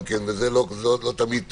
זה לא תמיד טוב,